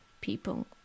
people